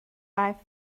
life